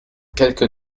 quelque